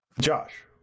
Josh